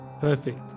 Perfect